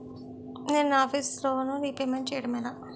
నేను నా office loan repayment చేయడం ఎలా?